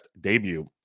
debut